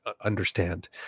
Understand